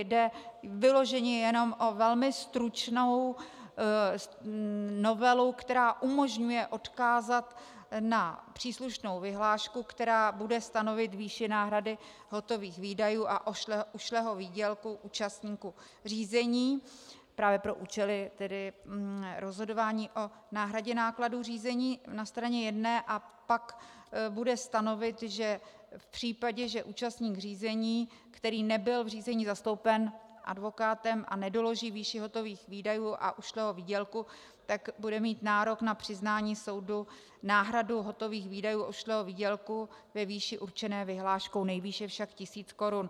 Jde vyloženě jenom o velmi stručnou novelu, která umožňuje odkázat na příslušnou vyhlášku, která bude stanovovat výši náhrady hotových výdajů a ušlého výdělku účastníků řízení právě pro účely rozhodování o náhradě nákladů řízení na straně jedné, a pak bude stanovovat, že v případě, že účastník řízení, který nebyl v řízení zastoupen advokátem a nedoloží výši hotových výdajů a ušlého výdělku, tak bude mít nárok na přiznání soudu, náhradu hotových výdajů ušlého výdělku ve výši určené vyhláškou, nejvýše však tisíc korun.